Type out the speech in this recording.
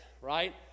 right